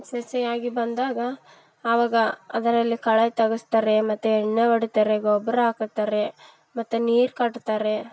ಸಸಿಯಾಗಿ ಬಂದಾಗ ಆವಾಗ ಅದರಲ್ಲಿ ಕಳೆ ತೆಗೆಸ್ತಾರೆ ಮತ್ತು ಎಣ್ಣೆ ಹೊಡಿತಾರೆ ಗೊಬ್ಬರ ಹಾಕತ್ತಾರೆ ಮತ್ತು ನೀರು ಕಟ್ತಾರೆ